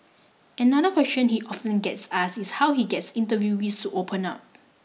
another question he often gets asked is how he gets interviewees to open up